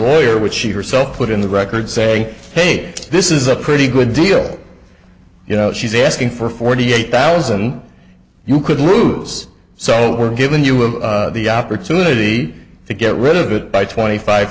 lawyer which she herself put in the record say hey this is a pretty good deal you know she's asking for forty eight thousand you could lose so we're given you with the opportunity to get rid of it by twenty five